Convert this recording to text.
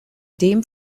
dem